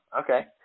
Okay